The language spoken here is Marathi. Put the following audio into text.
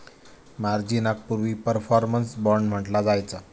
मार्जिनाक पूर्वी परफॉर्मन्स बाँड म्हटला जायचा